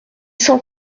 cent